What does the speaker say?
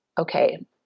Okay